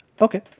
Okay